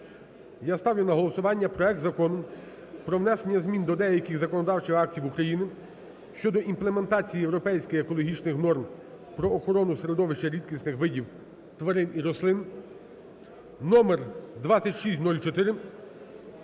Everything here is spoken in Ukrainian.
Я ставлю на голосування проект Закону про внесення змін до деяких законодавчих актів України (щодо імплементації європейських екологічних норм про охорону середовища рідкісних видів тварин і рослин) (№ 2604)